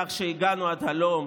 על כך שהגענו עד הלום,